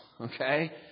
Okay